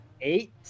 Eight